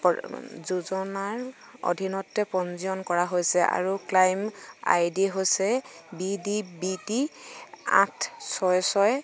যোজনাৰ অধীনত পঞ্জীয়ন কৰা হৈছে আৰু ক্লেইম আই ডি হৈছে বি ডি বি টি আঠ ছয় ছয়